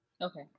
Okay